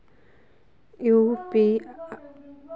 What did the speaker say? UPI के जरिए का हम देश से बाहर पैसा भेज सको हियय?